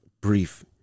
brief